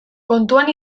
kontuan